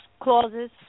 clauses